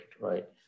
right